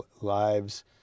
lives